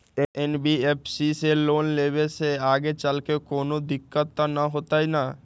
NBFC से loan लेबे से आगेचलके कौनो दिक्कत त न होतई न?